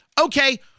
Okay